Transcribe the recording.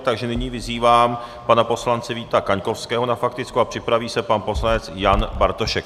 Takže nyní vyzývám pana poslance Víta Kaňkovského na faktickou a připraví se pan poslanec Jan Bartošek.